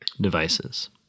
devices